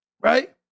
right